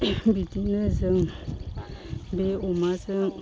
बिदिनो जों बे अमाजों